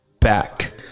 back